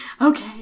Okay